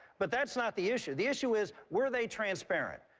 but that's not the issue. the issue is were they transparent?